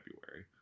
february